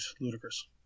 ludicrous